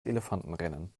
elefantenrennen